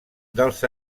dels